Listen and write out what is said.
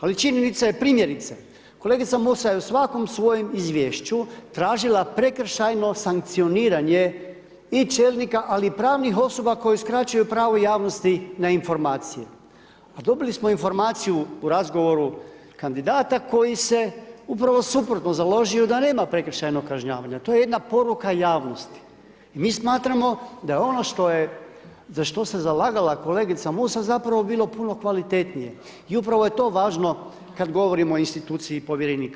Ali činjenica je primjerice, kolegica Musa je u svakom svojem Izvješću, tražila prekršajno sankcioniranje i čelnika, ali i pravnih osoba koje uskraćuju pravo javnosti na informacije, a dobili smo informaciju u razgovoru kandidata koji se upravo suprotno založio da nema prekršajnog kažnjavanja, to je jedna poruka javnosti, i mi smatramo da ono što je, za što se zalagala kolegica Musa, zapravo bilo puno kvalitetnije, i upravo je to važno kad govorimo o instituciji Povjerenika.